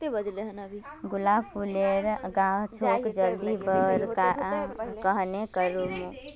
गुलाब फूलेर गाछोक जल्दी बड़का कन्हे करूम?